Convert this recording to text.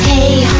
Hey